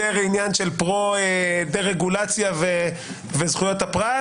בעניין של פרו דה-רגולציה וזכויות הפרט.